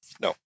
No